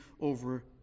over